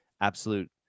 absolute